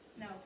No